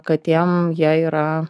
katėm jie yra